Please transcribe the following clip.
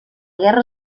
guerra